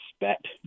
expect